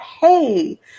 hey